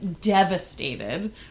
devastated